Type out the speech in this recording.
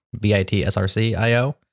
B-I-T-S-R-C-I-O